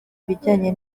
ibijyanye